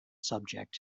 subject